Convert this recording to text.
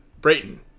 Brayton